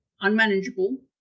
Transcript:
unmanageable